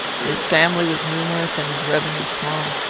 his family was numerous, and his revenue small.